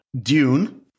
Dune